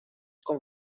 com